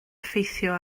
effeithio